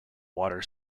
water